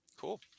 Cool